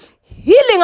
Healing